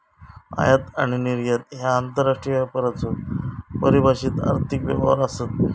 आयात आणि निर्यात ह्या आंतरराष्ट्रीय व्यापाराचो परिभाषित आर्थिक व्यवहार आसत